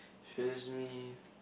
stresses me